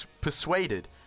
persuaded